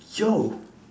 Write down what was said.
yo